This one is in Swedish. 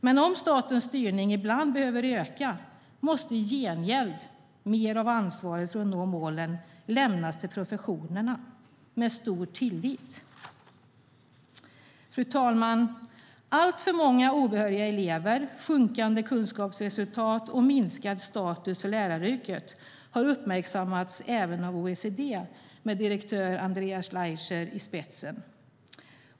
Men om statens styrning ibland behöver öka måste i gengäld mer av ansvaret för att nå målen med stor tillit lämnas till professionerna. Fru talman! Alltför många obehöriga elever, sjunkande kunskapsresultat och minskad status för läraryrket har uppmärksammats även av OECD med direktör Andreas Schleicher i spetsen.